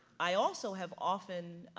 i also have often